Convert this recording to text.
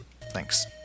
Thanks